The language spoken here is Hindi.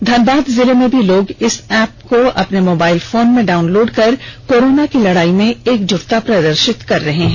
धनबाद जिले में भी लोग इस ऐप्प को अपने मोबाईल फोन में डाउनलोड कर कोरोना की लड़ाई में एकज़्टता प्रदर्षित कर रहे हैं